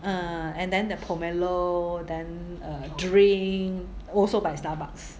ah and then the pomelo then err drink also by Starbucks